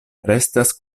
restas